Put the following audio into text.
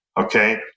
okay